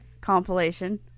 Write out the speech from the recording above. compilation